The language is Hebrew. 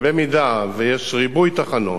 אם יש ריבוי תחנות